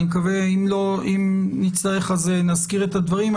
אם נצטרך, נזכיר את הדברים.